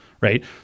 Right